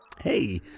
Hey